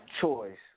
Choice